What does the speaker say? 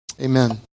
Amen